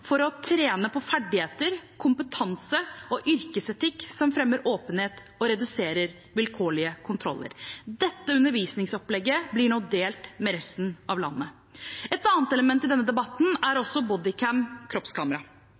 for å trene på ferdigheter, kompetanse og yrkesetikk som fremmer åpenhet og reduserer vilkårlige kontroller. Dette undervisningsopplegget blir nå delt med resten av landet. Et annet element i denne debatten er